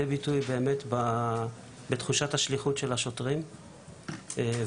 ביטוי בתחושת השליחות של השוטרים והלוחמים.